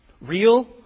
Real